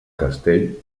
castell